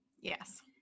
Yes